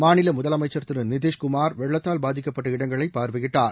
மாநில முதலமைச்சர் திரு நிதிஷ்குமார் வெள்ளத்தால் பாதிக்கப்பட்ட இடங்களை பார்வையிட்டார்